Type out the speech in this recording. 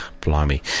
Blimey